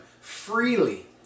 freely